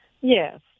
Yes